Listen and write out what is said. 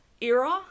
era